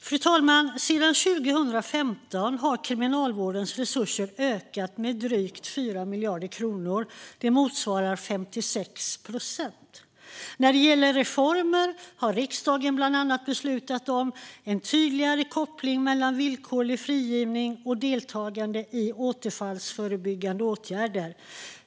Fru talman! Sedan 2015 har Kriminalvårdens resurser ökat med drygt 4 miljarder kronor. Det motsvarar 56 procent. När det gäller reformer har riksdagen bland annat beslutat om en tydligare koppling mellan villkorlig frigivning och deltagande i återfallsförebyggande åtgärder.